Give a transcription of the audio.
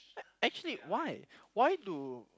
actually why why do